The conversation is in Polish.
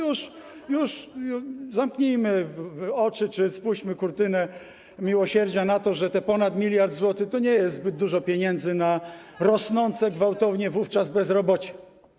Już zamknijmy oczy czy spuśćmy kurtynę miłosierdzia na to, że ponad 1 mld zł to nie jest zbyt dużo pieniędzy na rosnące gwałtownie wówczas bezrobocie.